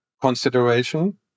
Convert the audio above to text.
consideration